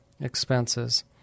expenses